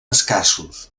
escassos